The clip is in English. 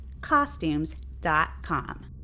costumes.com